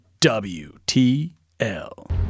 WTL